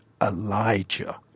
Elijah